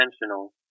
intentional